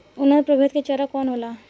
उन्नत प्रभेद के चारा कौन होला?